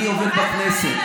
אני עובד בכנסת.